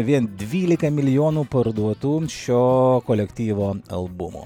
vien dvylika milijonų parduotų šio kolektyvo albumų